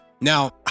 Now